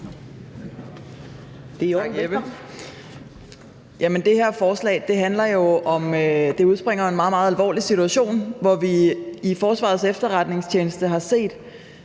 Det her forslag udspringer jo af en meget, meget alvorlig situation, hvor vi i forhold til Forsvarets Efterretningstjeneste har set